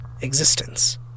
Existence